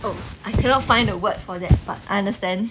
oh I cannot find a word for that but I understand